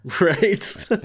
Right